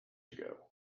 ago